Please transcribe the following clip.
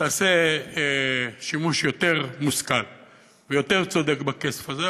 תעשה שימוש יותר מושכל ויותר צודק בכסף הזה.